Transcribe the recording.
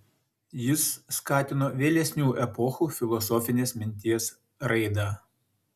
jis skatino vėlesnių epochų filosofinės minties raidą